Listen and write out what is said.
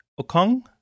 okong